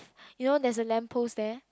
you know there's a lamp post there